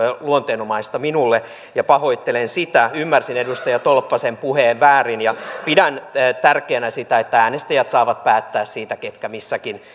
luonteenomaista minulle ja pahoittelen sitä ymmärsin edustaja tolppasen puheen väärin ja pidän tärkeänä sitä että äänestäjät saavat päättää siitä ketkä missäkin toimivat